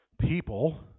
people